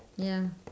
ya